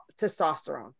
testosterone